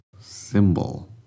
symbol